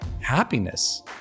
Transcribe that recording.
happiness